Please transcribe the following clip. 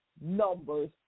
numbers